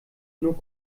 nur